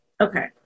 Okay